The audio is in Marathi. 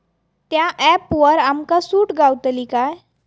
त्या ऍपवर आमका सूट गावतली काय?